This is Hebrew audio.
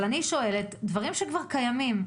אבל דברים שכבר קיימים,